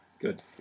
Good